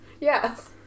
Yes